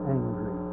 angry